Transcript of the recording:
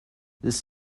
this